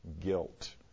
guilt